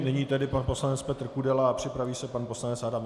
Nyní tedy pan poslanec Petr Kudela, připraví se pan poslanec Adamec.